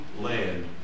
land